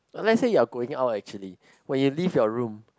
let's say you are going out actually when you leave your room